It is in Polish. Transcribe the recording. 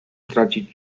tracić